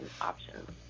options